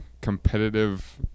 Competitive